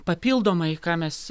papildomai ką mes